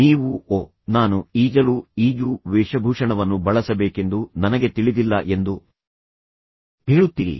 ನೀವು ಓ ನಾನು ಈಜಲು ಈಜು ವೇಷಭೂಷಣವನ್ನು ಬಳಸಬೇಕೆಂದು ನನಗೆ ತಿಳಿದಿಲ್ಲ ಎಂದು ಹೇಳುತ್ತೀರಿ